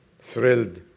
thrilled